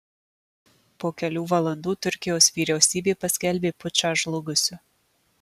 po kelių valandų turkijos vyriausybė paskelbė pučą žlugusiu